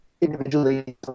individually